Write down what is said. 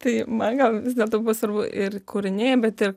tai man gal vis dėlto buvo svarbu ir kūriniai bet ir